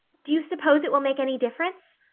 do you suppose it will make any difference?